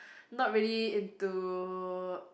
not really into